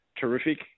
terrific